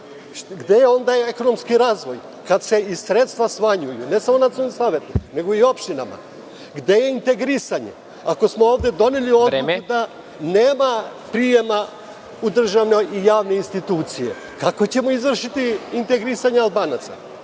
Gde je onda ekonomski razvoj, kada se i sredstva smanjuju, ne samo Nacionalnom savetu, nego i opštinama? Gde je integrisanje…(Predsednik: Vreme.)… ako smo ovde doneli odluku da nema prijema u državne i javne institucije? Kako ćemo izvršiti integrisanje Albanaca?